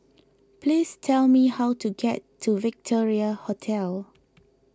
please tell me how to get to Victoria Hotel